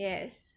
yes